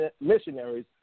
Missionaries